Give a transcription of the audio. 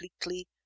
completely